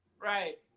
Right